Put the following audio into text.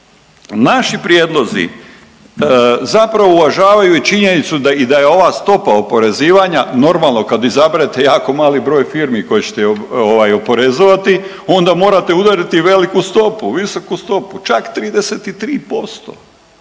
Naši prijedlozi zapravo uvažavaju i činjenicu da i da je ova stopa oporezivanja, normalno kad izaberete jako mali broj firmi koje ćete ovaj oporezovati onda morate udariti i veliku stopu, visoku stopu, čak 33%,